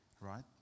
Right